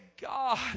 God